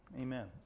Amen